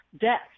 death